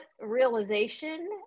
realization